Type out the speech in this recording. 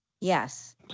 Yes